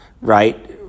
right